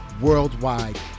worldwide